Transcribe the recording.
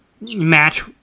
match